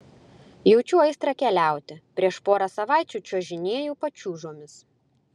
jaučiu aistrą keliauti prieš porą savaičių čiuožinėjau pačiūžomis